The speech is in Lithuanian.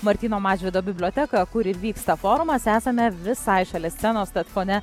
martyno mažvydo biblioteką kur ir vyksta forumas esame visai šalia scenos tad fone